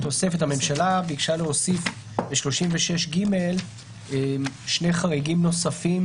הממשלה ביקשה להוסיף ב-36ג שני חריגים נוספים,